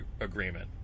agreement